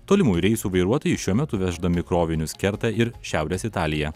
tolimųjų reisų vairuotojų šiuo metu veždami krovinius kerta ir šiaurės italiją